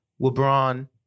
LeBron